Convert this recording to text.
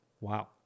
Wow